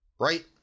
right